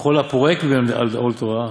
וכל הפורק ממנו עול תורה,